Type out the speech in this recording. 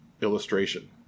illustration